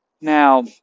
Now